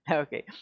okay